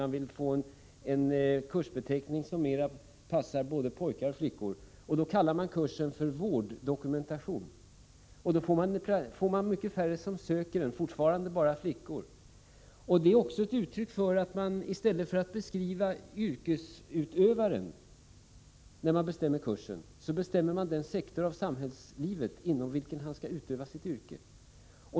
Man vill ha en kursbeteckning som mera passar både pojkar och flickor, och då kallar man kursen för ”vårddokumentation”. Det är nu mycket färre som söker kursen, och fortfarande är det bara flickor. Detta är ett uttryck för att man i stället för att beskriva yrkesutövaren när 123 motverka utarmningen av svenska språket man bestämmer kursen beskriver den sektor av samhällslivet inom vilken han skall utöva sitt yrke.